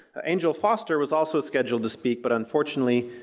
angel foster was also scheduled to speak but unfortunately,